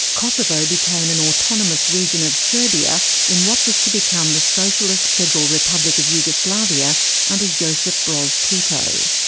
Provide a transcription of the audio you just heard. kosovo became an autonomous region of serbia in what was to become the socialist federal republic of yugoslavia under josip broz tito.